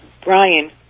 Brian